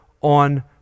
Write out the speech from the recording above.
on